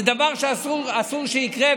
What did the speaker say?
זה דבר שאסור שיקרה.